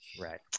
Right